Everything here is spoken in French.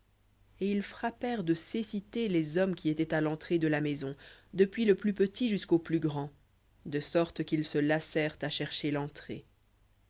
et ils frappèrent de cécité les hommes qui étaient à l'entrée de la maison depuis le plus petit jusqu'au plus grand qu'ils se lassèrent à chercher l'entrée